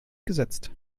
gesetzt